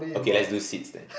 okay let's do seeds then